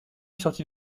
sortit